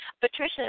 Patricia